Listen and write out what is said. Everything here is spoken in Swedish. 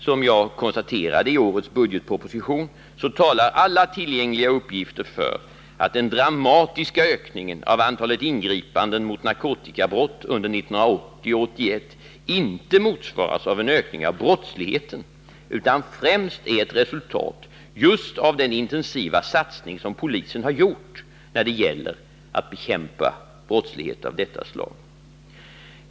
Som jag konstaterade i årets budgetproposition talar alla tillgängliga uppgifter för att den dramatiska ökningen av antalet ingripanden mot narkotikabrott under 1980 och 1981 inte motsvaras av en ökning av brottsligheten, utan främst är ett resultat just av den intensiva satsning som polisen har gjort när det gäller att bekämpa brottslighet av detta slag.